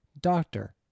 doctor